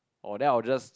oh then I'll just